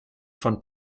von